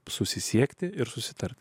susisiekti ir susitarti